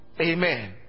Amen